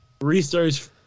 research